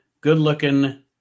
good-looking